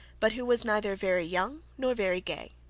but who was neither very young nor very gay.